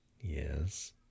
Yes